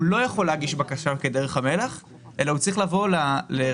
הוא לא יכול להגיש בקשה כדרך המלך אלא הוא צריך לבוא למשרד